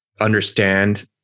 understand